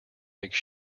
make